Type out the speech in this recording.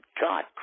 God